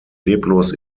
leblos